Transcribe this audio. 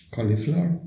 Cauliflower